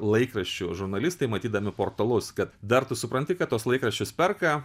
laikraščių žurnalistai matydami portalus kad dar tu supranti kad tuos laikraščius perka